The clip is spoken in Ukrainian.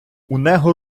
унего